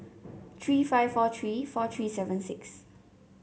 three five four three four three seven six